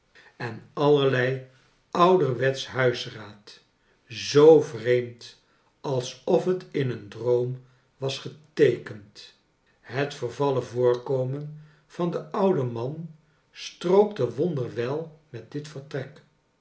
en allerlei ouderwetsch huisraad zoo vreemd alsof het in een droom was geteekend het vervallen voorkomen van den ouden man strookte wonder wel met dit vertrek